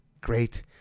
great